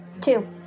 Two